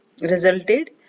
resulted